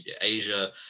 Asia